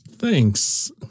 Thanks